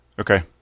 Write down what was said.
Okay